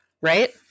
right